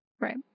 Right